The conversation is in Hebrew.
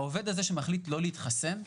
העובד שמחליט לא להתחסן,